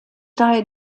daher